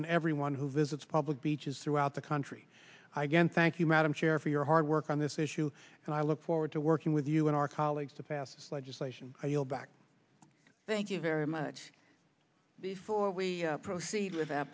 and everyone who visits public beaches throughout the country i gan thank you madam chair for your hard work on this issue and i look forward to working with you in our colleagues to pass legislation i yield back thank you very much before we proceed